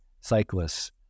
cyclists